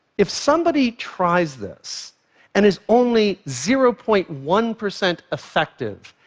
if somebody tries this and is only zero point one percent effective,